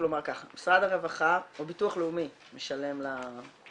--- כלומר ככה משרד הרווחה או ביטוח לאומי משלם למטופל,